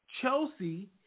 Chelsea